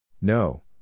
No